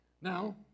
Now